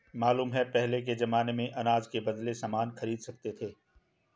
मालूम है पहले के जमाने में अनाज के बदले सामान खरीद सकते थे